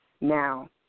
Now